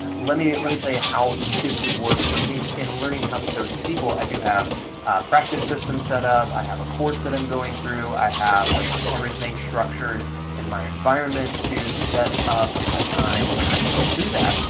let me let me tell you how this would work for me. in learning how to code in sql, i do have practice systems set up. i have a course that i'm going through. i have like everything structured in my environment to set up a time when i can go through that,